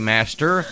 Master